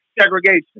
segregation